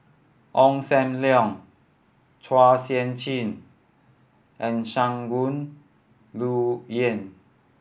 Ong Sam Leong Chua Sian Chin and Shangguan Liuyun